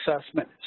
assessment